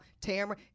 Tamara